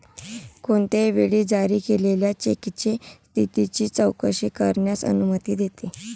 कोणत्याही वेळी जारी केलेल्या चेकच्या स्थितीची चौकशी करण्यास अनुमती देते